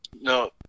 no